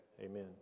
amen